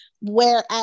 whereas